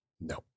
no